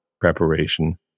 preparation